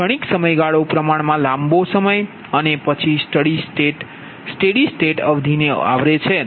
ક્ષણિક સમયગાળો પ્રમાણમાં લાંબો સમય અને પછીસ્ટેડી સ્ટેટ અવધિને આવરે છે